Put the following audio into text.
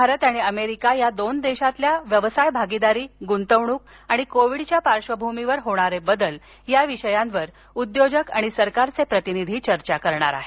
भारत आणि अमेरिका या दोन देशांतील व्यवसाय भागीदारी गुंतवणूक आणि कोविडच्या पार्श्वभूमीवर होणारे बदल या विषयांवर उद्योजक आणि सरकारचे प्रतिनिधि चर्चा करणार आहेत